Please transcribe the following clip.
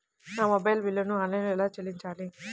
నా మొబైల్ బిల్లును ఆన్లైన్లో ఎలా చెల్లించాలి?